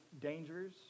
dangers